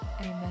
Amen